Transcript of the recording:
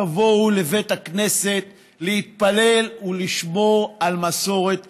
תבואו לבית הכנסת להתפלל ולשמור על מסורת ישראל.